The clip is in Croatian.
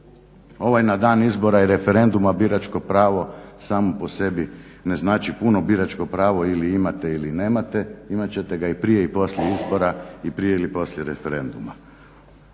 Ovaj na dan izbora i referenduma biračko pravo samo po sebi ne znači puno, biračko pravo ili imate ili nemate, imat ćete ga i prije i poslije izbora, i prije ili poslije referenduma.